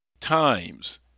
times